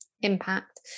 impact